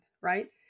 right